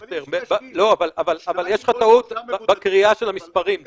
דיכטר, אבל יש לך טעות בקריאה של המספרים.